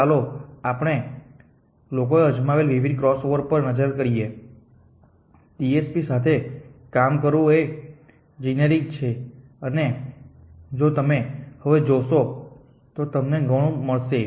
તો ચાલો આપણે લોકોએ અજમાવેલા વિવિધ ક્રોસઓવર્સ પર નજર કરીએ TSP સાથે કામ કરવું એ GA છે અને જો તમે હવે જોશો તો તમને ઘણું મળશે